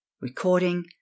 Recording